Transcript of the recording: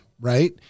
right